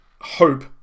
hope